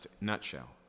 nutshell